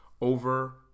Over